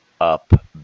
up